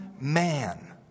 man